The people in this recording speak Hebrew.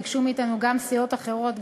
ביקשו מאתנו גם סיעות אחרות,